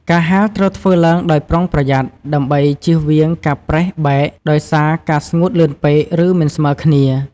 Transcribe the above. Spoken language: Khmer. ការហាលត្រូវធ្វើឡើងដោយប្រុងប្រយ័ត្ន ដើម្បីជៀសវាងការប្រេះបែកដោយសារការស្ងួតលឿនពេក ឬមិនស្មើគ្នា។